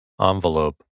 envelope